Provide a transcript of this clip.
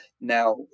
Now